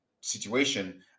situation